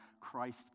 Christ